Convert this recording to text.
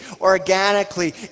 organically